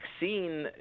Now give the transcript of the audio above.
vaccine